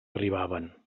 arribaven